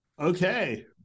Okay